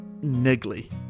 Niggly